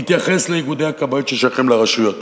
מתייחס לאיגודי הכבאות ששייכים לרשויות.